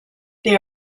they